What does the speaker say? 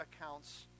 accounts